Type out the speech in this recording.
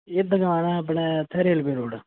एह् दकान ऐ अपने इत्थें गै रेलवे रोड़